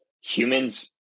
humans